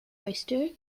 oyster